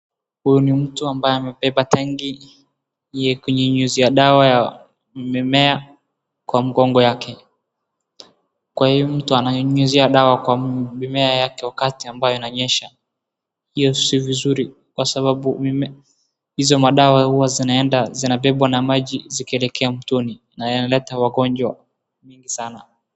Huyu ni mtu ambaye amebeba tanki yenye nyuzi ya dawa ya mimea kwa mgongo yake. Kwa hiyo huyu mtu ananyunyizia dawa kwa mimea yake wakati ambaye inanyesha. Hiyo si vizuri kwa sababu hizo madawa huwa zinaenda zinabebwa na maji zikielekea mtoni na inaleta wagonjwa mingi sana.